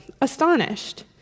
astonished